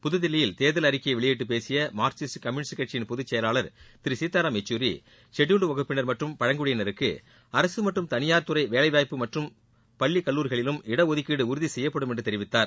புதுதில்லியில் தேர்தல் அறிக்கையை வெளியிட்டு பேசிய மார்க்சிஸ்ட் கம்யூனிஸ்ட் கட்சியின் பொது செயலாளர் திரு கீதாராம் யெக்சூரி ஷெட்டியூல்டு வகுப்பினர் மற்றும் பழங்குடியினருக்கு அரசு மற்றும் தளியார் துறை வேலை வாய்ப்பு மற்றும் பள்ளி கல்லூரிகளிலும் இடஒதுக்கீடு உறுதி செய்யப்படும் என்று தெரிவித்தார்